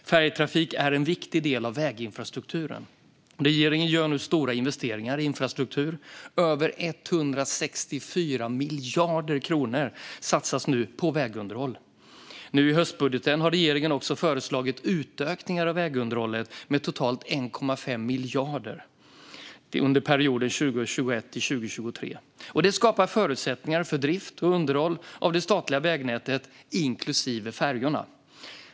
Färjetrafik är en viktig del av väginfrastrukturen. Regeringen gör nu stora investeringar i infrastruktur - över 164 miljarder kronor satsas på vägunderhåll. Nu i höstbudgeten har regeringen också föreslagit utökningar av vägunderhållet med totalt 1,5 miljarder kronor under perioden 2021-2023. Det skapar förutsättningar för drift och underhåll av det statliga vägnätet, inklusive färjorna.